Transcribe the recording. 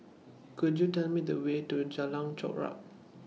Could YOU Tell Me The Way to Jalan Chorak